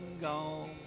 gone